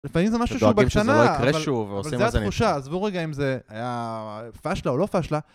לפעמים זה משהו שהוא בן שנה, לא יקרה שוב, אבל זה התחושה, עזבו רגע אם זה היה פשלה או לא פשלה.